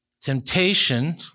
Temptation